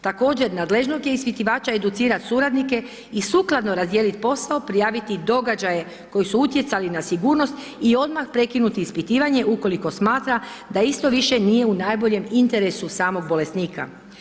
Također, nadležnost je ispitivača educirat suradnike i sukladno razdijelit posao, prijaviti događaje koji su utjecali na sigurnost i odmah prekinuti ispitivanje ukoliko smatra da isto više nije u najboljem interesu samog bolesnika.